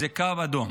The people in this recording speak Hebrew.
זה קו אדום.